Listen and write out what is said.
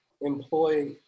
employ